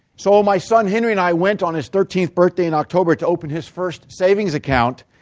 so my son henry and i went on his thirteenth birthday in october to open his first savings account.